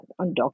undocumented